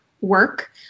work